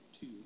two